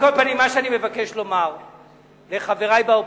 על כל פנים, מה שאני מבקש לומר לחברי באופוזיציה,